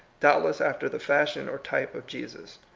doubtless after the fashion or type of jesus.